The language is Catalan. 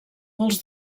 molts